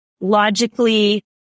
logically